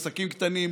עסקים קטנים,